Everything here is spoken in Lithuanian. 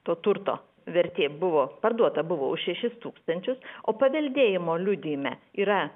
to turto vertė buvo parduota buvo už šešis tūkstančius o paveldėjimo liudijime yra